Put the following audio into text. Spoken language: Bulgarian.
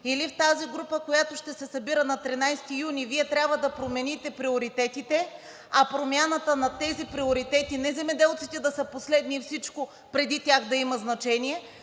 Или в тази група, която ще се събира на 13 юни, Вие трябва да промените приоритетите, а промяната на тези приоритети не е земеделците да са последни и всичко преди тях да има значение.